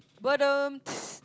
but um